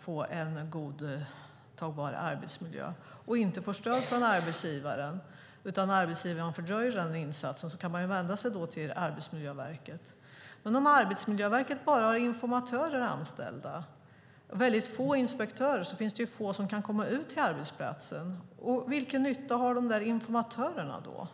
för en godtagbar arbetsmiljö och inte får stöd från arbetsgivaren kan skyddsombudet vända sig till Arbetsmiljöverket. Men om Arbetsmiljöverket mest har informatörer anställda och väldigt få inspektörer är det få som kan komma ut till arbetsplatsen. Vilken nytta gör informatörerna då?